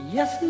Yes